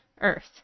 Earth